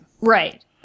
Right